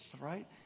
right